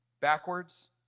backwards